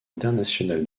international